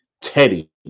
Teddy